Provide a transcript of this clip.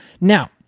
Now